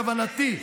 דמוקרטי, ממלכתי,